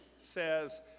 says